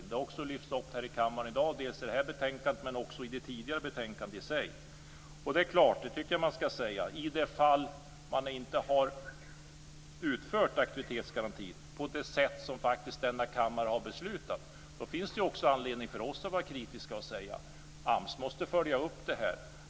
Det har också lyfts fram här i kammaren i dag, dels vad gäller det här betänkandet, dels vad gäller det betänkande som tidigare debatterades. I det fall man inte har utfört aktivitetsgarantin på det sätt som denna kammare har beslutat finns det anledning för oss att vara kritiska och säga: AMS måste följa upp detta.